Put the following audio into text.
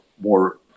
more